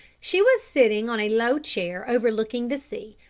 she was sitting on a low chair overlooking the sea,